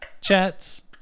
chats